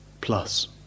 plus